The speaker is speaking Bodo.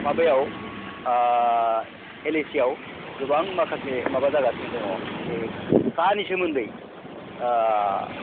माबायाव एलएसियाव गोबां माखासे माबा जागासिनो दङ ऐ कानि सोमोन्दै